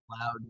loud